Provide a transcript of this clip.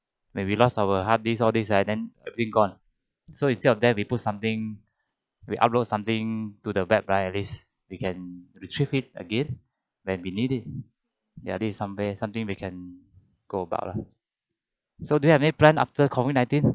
maybe lost our hard disk old disk ah then everything gone so instead of that we put something we upload something to the web right at least we can retrieve it again when we need it ya this is somewhere something they can go about uh so do you have a plan after COVID-nineteen